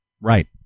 Right